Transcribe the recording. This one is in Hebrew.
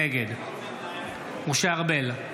נגד משה ארבל,